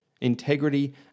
Integrity